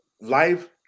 life